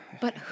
But-